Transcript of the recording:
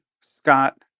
Scott